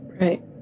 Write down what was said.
Right